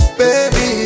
baby